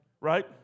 Right